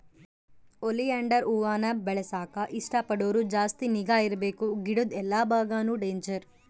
oleander ಹೂವಾನ ಬೆಳೆಸಾಕ ಇಷ್ಟ ಪಡೋರು ಜಾಸ್ತಿ ನಿಗಾ ಇರ್ಬಕು ಗಿಡುದ್ ಎಲ್ಲಾ ಬಾಗಾನು ಡೇಂಜರ್